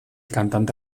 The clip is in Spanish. cantante